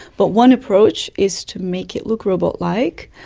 but one approach is to make it look robot-like,